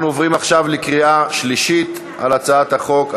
אנחנו עוברים עכשיו לקריאה שלישית על הצעת החוק.